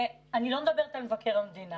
אני לא מדברת על מבקר המדינה.